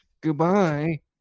Goodbye